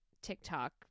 tiktok